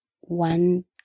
one